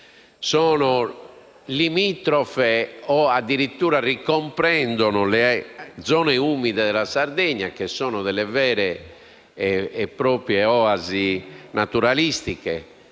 è limitrofa o addirittura ricomprende le zone umide della Sardegna, che sono delle vere e proprie oasi naturalistiche